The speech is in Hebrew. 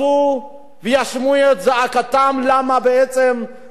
וישמיעו את זעקתם למה בעצם לעולי אתיופיה